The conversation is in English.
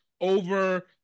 over